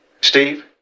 Steve